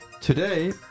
Today